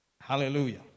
Hallelujah